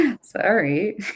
sorry